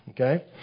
Okay